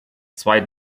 zwei